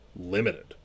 limited